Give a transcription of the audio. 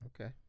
Okay